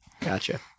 Gotcha